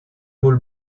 paul